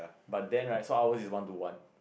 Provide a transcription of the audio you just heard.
but then right so ours is one to one